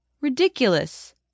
Ridiculous